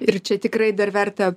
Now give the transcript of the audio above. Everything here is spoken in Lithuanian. ir čia tikrai dar verta